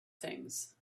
things